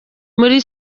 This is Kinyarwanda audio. muri